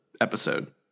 episode